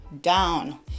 down